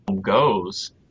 goes